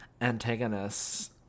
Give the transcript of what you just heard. antagonists